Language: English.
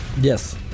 Yes